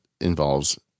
involves